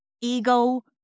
ego